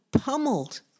pummeled